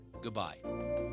goodbye